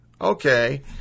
Okay